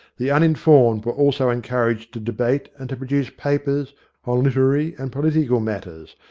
the uninformed were also encouraged to debate and to produce papers on literary and political matters,